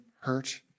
hurt